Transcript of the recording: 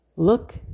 Look